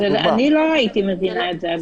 אני לא הייתי מבינה את זה עדיין.